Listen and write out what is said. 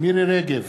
מירי רגב,